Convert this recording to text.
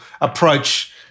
approach